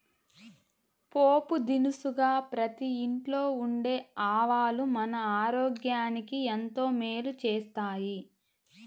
పోపు దినుసుగా ప్రతి ఇంట్లో ఉండే ఆవాలు మన ఆరోగ్యానికి ఎంతో మేలు చేస్తాయి